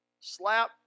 Slap